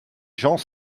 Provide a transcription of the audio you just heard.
gens